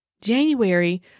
January